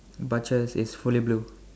butcher is fully blue